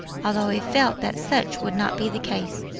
although he felt that such would not be the case,